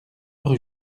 rue